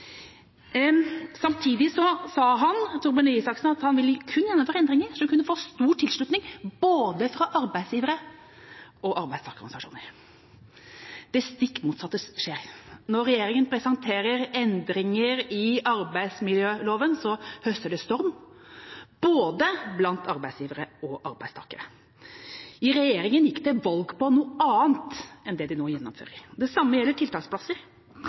Samtidig sa Torbjørn Røe Isaksen at han kun ville gjennomføre endringer som kunne få stor tilslutning, både fra arbeidsgiverorganisasjoner og fra arbeidstakerorganisasjoner. Det stikk motsatte skjer. Når regjeringa presenterer endringer i arbeidsmiljøloven, høster det storm, både blant arbeidsgivere og blant arbeidstakere. Regjeringa gikk til valg på noe annet enn det den nå gjennomfører. Det samme gjelder tiltaksplasser.